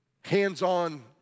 hands-on